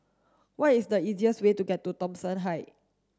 what is the easiest way to to Thomson Height